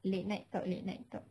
late night talk late night talk